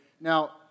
Now